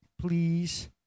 please